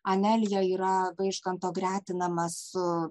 anelija yra vaižganto gretinama su